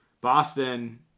Boston